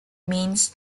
means